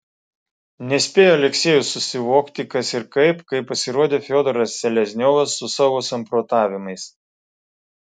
nespėjo aleksejus susivokti kas ir kaip kai pasirodė fiodoras selezniovas su savo samprotavimais